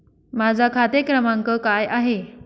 माझा खाते क्रमांक काय आहे?